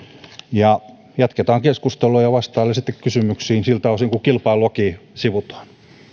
jatketaan keskustelua ja vastailen sitten kysymyksiin siltä osin kuin kilpailulakia sivutaan